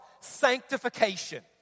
sanctification